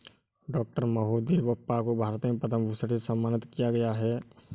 doctor Mahadevappa को भारत में पद्म भूषण से सम्मानित किया गया है